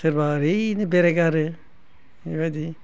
सोरबा ओरैनो बेरायगारो बेबायदि